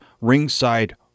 ringside